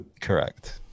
correct